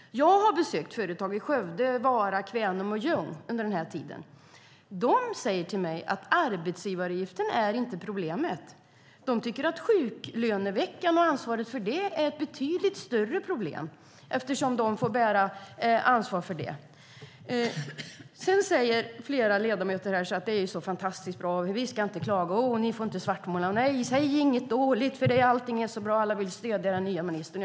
Jag har besökt företag i Skövde, Vara, Kvänum och Ljung under den här tiden. De säger till mig att arbetsgivaravgiften inte är problemet. De tycker att sjuklöneveckan är ett betydligt större problem, eftersom de får bära ansvar för den. Flera ledamöter här säger: Det är fantastiskt bra. Vi ska inte klaga, och ni får inte svartmåla. Säg inget dåligt, för allting är bra. Alla vill stödja den nya ministern.